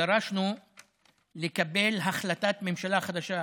דרשנו לקבל החלטת ממשלה חדשה.